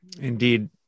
Indeed